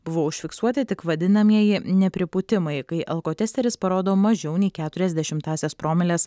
buvo užfiksuoti tik vadinamieji nepripūtimai kai alkotesteris parodo mažiau nei keturias dešimtąsias promilės